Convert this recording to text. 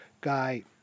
guy